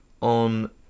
On